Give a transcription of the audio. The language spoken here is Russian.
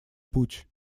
путь